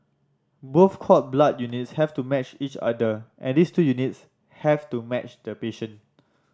both cord blood units have to match each other and these two units have to match the patient